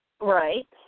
Right